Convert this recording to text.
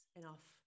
enough